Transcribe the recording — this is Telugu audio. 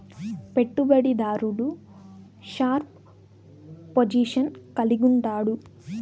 పెట్టుబడి దారుడు షార్ప్ పొజిషన్ కలిగుండాడు